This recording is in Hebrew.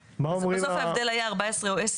בסוף ההבדל היה בין 14 ימים ל-10